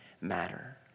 matter